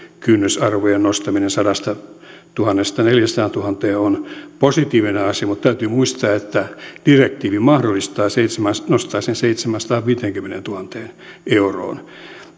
kynnysarvojen nostaminen sadastatuhannesta neljäänsataantuhanteen on positiivinen asia mutta täytyy muistaa että direktiivi mahdollistaa sen nostamisen seitsemäänsataanviiteenkymmeneentuhanteen euroon